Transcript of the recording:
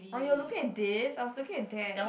oh you are looking at this I was looking at that